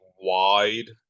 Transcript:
wide